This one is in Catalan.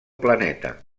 planeta